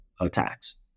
attacks